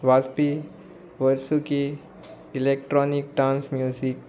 वाजपी वर्सुकी electronic dance music